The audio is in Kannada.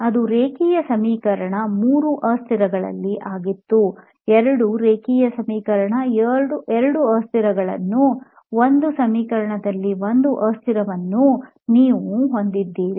ಅದು ರೇಖೀಯ ಸಮೀಕರಣ ಮೂರು ಅಸ್ಥಿರಗಳಲ್ಲಿ ಆಗಿತ್ತು ಎರಡು ರೇಖೀಯ ಸಮೀಕರಣ ಎರಡು ಅಸ್ಥಿರಗಳನ್ನು ಒಂದು ಸಮೀಕರಣದಲ್ಲಿ ಒಂದು ಅಸ್ಥಿರವನ್ನು ನೀವು ಹೊಂದಿರುತ್ತೀರಿ